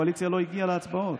הקואליציה לא הגיעה להצבעות.